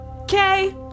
Okay